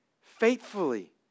Faithfully